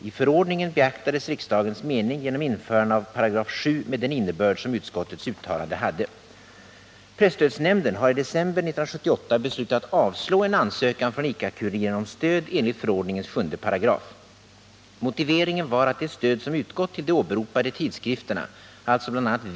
I förordningen beaktades riksdagens mening genom införande av 7 § med den innebörd som utskottets uttalande hade. Presstödsnämnden har i december 1978 beslutat att avslå en ansökan från ICA-Kuriren om stöd enligt förordningens 7 §. Motiveringen var att det stöd som utgått till de åberopade tidskrifterna, alltså bl.a.